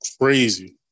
Crazy